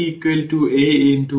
তাই আমি vt A e এর পাওয়ার tRC লিখছি